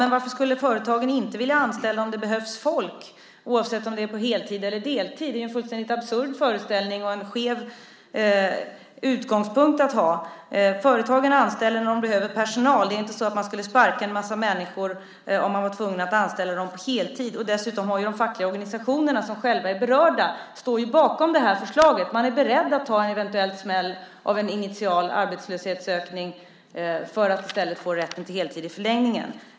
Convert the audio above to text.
Men varför skulle företagen inte vilja anställa om det behövs folk, oavsett om det är på heltid eller på deltid? Det är ju en fullständigt absurd föreställning och en skev utgångspunkt att ha. Företagarna anställer när de behöver personal. Det är inte så att man skulle sparka en massa människor om man var tvungen att anställa dem på heltid. Dessutom står ju de fackliga organisationerna, som själva är berörda, bakom det här förslaget. Man är beredd att ta en eventuell smäll av en initial arbetslöshetsökning för att i stället få rätten till heltid i förlängningen.